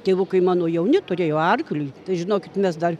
tėvukai mano jauni turėjo arklį tai žinokit mes dar